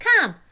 Come